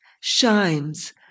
shines